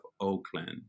Oakland